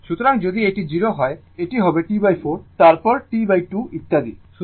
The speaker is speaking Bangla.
সুতরাং যদি এটি 0 হয় এটি হবে T4 তারপর T2 ইত্যাদি